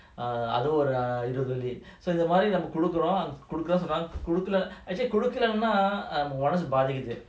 err அதுவும்ஒரு:adhuvum oru so இந்தமாதிரிநாமகொடுக்குறோம்:indha madhiri nama kodukurom actually கொடுக்கலனாமனசுபாதிக்குது:kodukalana manasu paathikuthu